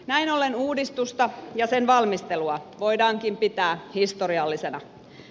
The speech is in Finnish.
näin ollen uudistusta ja sen valmistelua voidaankin pitää historiallisena